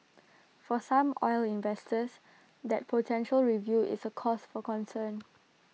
for some oil investors that potential review is A cause for concern